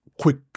quick